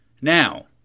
Now